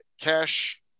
Cash